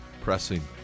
pressing